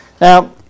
Now